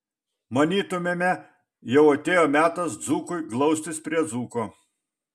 manytumėme jau atėjo metas dzūkui glaustis prie dzūko